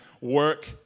work